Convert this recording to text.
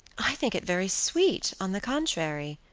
i think it very sweet, on the contrary,